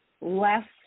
less